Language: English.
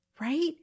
right